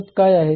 शोध काय आहेत